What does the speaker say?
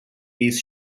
these